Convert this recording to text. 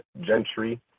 gentry